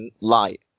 light